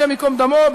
השם ייקום דמו,